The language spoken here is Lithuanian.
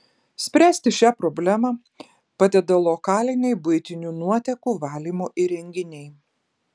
spręsti šią problemą padeda lokaliniai buitinių nuotekų valymo įrenginiai